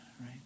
right